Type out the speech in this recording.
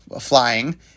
flying